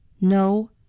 No